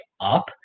up